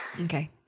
Okay